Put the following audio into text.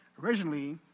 originally